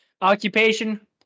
Occupation